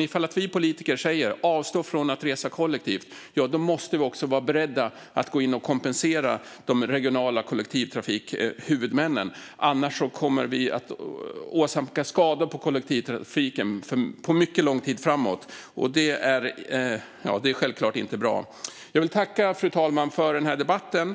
Ifall vi politiker säger att man ska avstå från att resa kollektivt måste vi också vara beredda att kompensera de regionala kollektivtrafikhuvudmännen. Annars kommer kollektivtrafiken att åsamkas skada för mycket lång tid framåt. Det är självklart inte bra. Fru talman! Jag vill tacka för debatten.